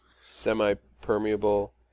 Semi-permeable